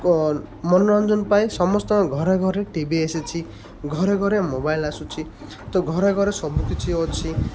ମନୋରଞ୍ଜନ ପାଇଁ ସମସ୍ତଙ୍କ ଘରେ ଘରେ ଟି ଭି ଆସିଛି ଘରେ ଘରେ ମୋବାଇଲ୍ ଆସୁଛି ତ ଘରେ ଘରେ ସବୁକିଛି ଅଛି